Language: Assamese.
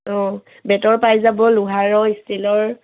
অঁ বেঁতৰ পাই যাব লোহাৰৰ ষ্টিলৰ